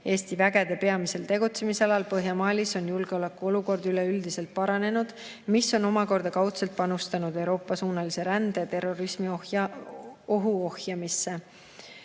Eesti [kontingendi] peamisel tegutsemisalal Põhja-Malis on julgeolekuolukord üleüldiselt paranenud, see on omakorda kaudselt andnud panuse Euroopa-suunalise rände ja terrorismiohu ohjamisse.